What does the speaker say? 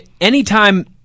anytime